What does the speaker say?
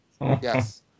Yes